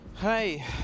Hi